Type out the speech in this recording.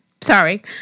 Sorry